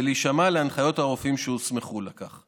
ולהישמע להנחיות הרופאים שהוסמכו לכך.